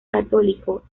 católico